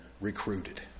recruited